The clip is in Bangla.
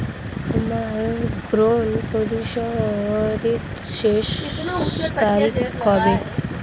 আমার ঋণ পরিশোধের শেষ তারিখ কবে?